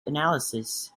analysis